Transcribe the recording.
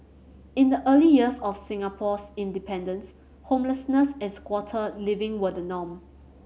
in the early years of Singapore's independence homelessness and squatter living were the norm